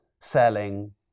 selling